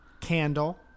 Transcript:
Candle